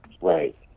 Right